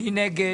מי נגד?